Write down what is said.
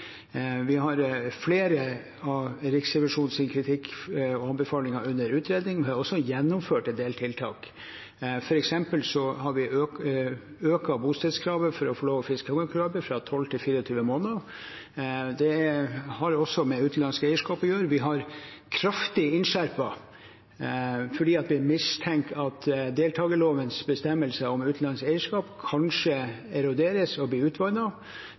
vi har flere av Riksrevisjonens anbefalinger under utredning, og vi har også gjennomført en del tiltak. For eksempel har vi økt bostedskravet for å få lov til å fiske kongekrabbe fra 12 til 24 måneder. Det har også med utenlandsk eierskap å gjøre. Der har vi kraftig innskjerpet fordi vi mistenker at deltakerlovens bestemmelser om utenlandsk eierskap kanskje eroderes og